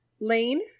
Lane